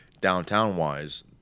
downtown-wise